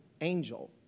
angel